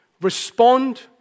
Respond